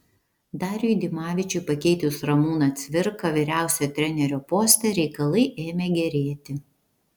dariui dimavičiui pakeitus ramūną cvirką vyriausiojo trenerio poste reikalai ėmė gerėti